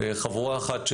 חבורה אחת,